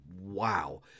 Wow